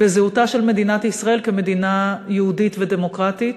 בזהותה של מדינת ישראל כמדינה יהודית ודמוקרטית,